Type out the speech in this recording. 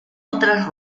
otras